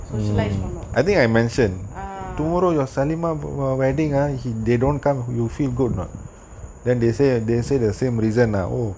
socialised பண்ணோ:panno ah